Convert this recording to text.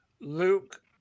Luke